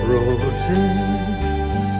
Roses